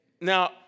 Now